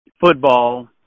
football